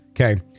Okay